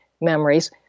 memories